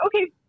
okay